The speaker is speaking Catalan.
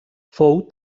fou